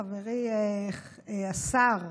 חברי השר,